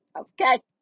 Okay